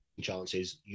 chances